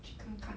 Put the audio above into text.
去看看